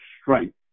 strength